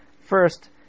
First